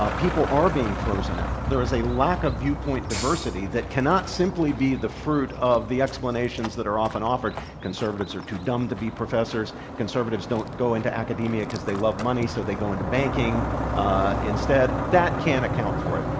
ah people are being frozen out. there is a lack of viewpoint diversity that cannot simply be the fruit of the explanations that are often offered conservatives are too dumb to be professors, conservatives don't go into academia because they love money, so they go into banking instead. that can't account for it.